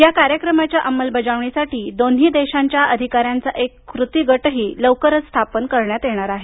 या कार्यक्रमाच्या अंमलबजावणीसाठी दोन्ही देशांच्या अधिकाऱ्यांचा एक कृती गटही लवकरच स्थापन करण्यात येणार आहे